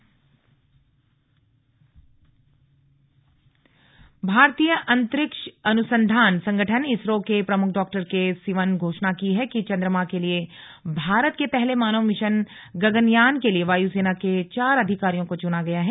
इसरो भारतीय अंतरिक्ष अनुसंधान संगठन इसरो के प्रमुख डॉक्टर के सिवन ने घोषणा की है कि चंद्रमा के लिए भारत के पहले मानव मिशन गगनयान के लिए वायुसेना के चार अधिकारियों को चुना गया है